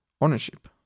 ownership